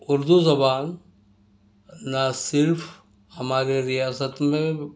اردو زبان نہ صرف ہمارے ریاست میں